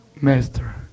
master